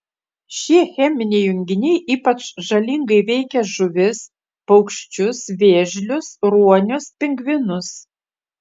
šie cheminiai junginiai ypač žalingai veikia žuvis paukščius vėžlius ruonius pingvinus